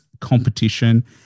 competition